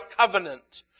covenant